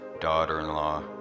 daughter-in-law